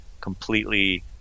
completely